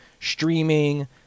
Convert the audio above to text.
streaming